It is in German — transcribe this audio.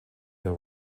der